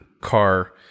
car